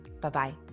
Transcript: Bye-bye